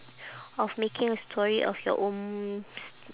of making a story of your own